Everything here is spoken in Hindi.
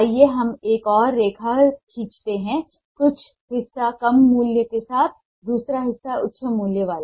आइए हम एक और रेखा खींचते हैं कुछ हिस्सा कम मूल्य के साथ दूसरा हिस्सा उच्च मूल्य वाला